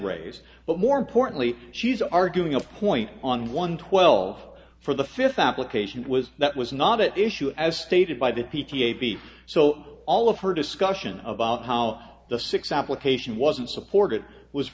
raised but more importantly she's arguing a point on one twelve for the fifth application was that was not at issue as stated by the p t a be so all of her discussion about how the six application wasn't supported was